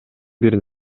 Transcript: бир